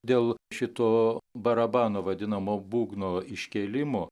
dėl šito barabano vadinamo būgno iškėlimu